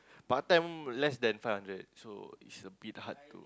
part time less than five hundred so it's a bit hard to